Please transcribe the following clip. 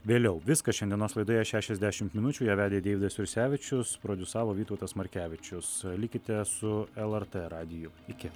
vėliau viskas šiandienos laidoje šešiasdešimt minučių ją vedė deividas jursevičius prodiusavo vytautas markevičius likite su lrt radiju iki